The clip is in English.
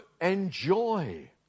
enjoy